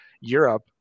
Europe